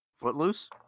Footloose